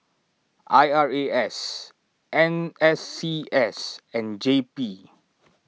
I R A S N S C S and J P